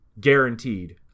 guaranteed